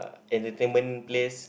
uh at the place